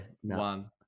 One